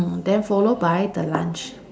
then followed by the lunch